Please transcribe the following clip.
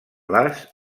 les